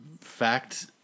fact